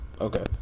okay